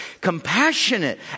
compassionate